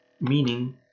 Meaning